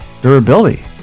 durability